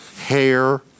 hair